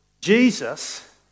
Jesus